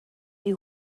you